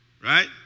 right